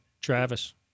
Travis